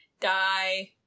die